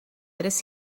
tres